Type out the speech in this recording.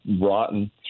rotten